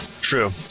true